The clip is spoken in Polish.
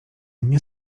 nie